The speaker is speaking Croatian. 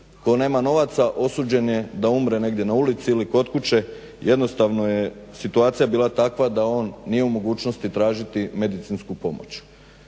tko nema novaca osuđen je da umre negdje na ulici ili kod kuće jednostavno je situacija bila takva da on nije u mogućnosti tražiti medicinsku pomoć